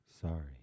Sorry